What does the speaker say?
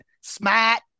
Smart